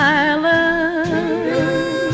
island